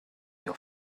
your